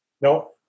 no